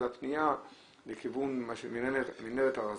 אז הפנייה למנהרת הארזים,